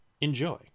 Enjoy